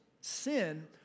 sin